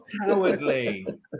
Cowardly